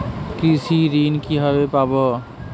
কৃষি ঋন কিভাবে পাব?